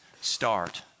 start